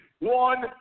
One